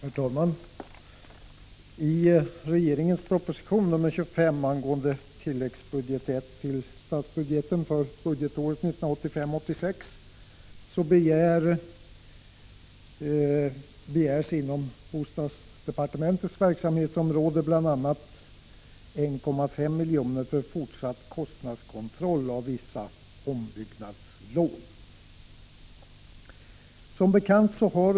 Herr talman! I regeringens proposition nr 25 angående tilläggsbudget I till statsbudgeten för budgetåret 1985/86 begärs inom bostadsdepartementets verksamhetsområde bl.a. 1,5 milj.kr. för fortsatt kostnadskontroll av vissa ombyggnadslån.